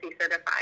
certified